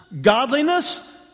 godliness